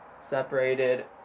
separated